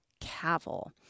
cavil